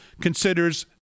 considers